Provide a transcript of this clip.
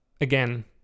again